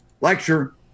lecture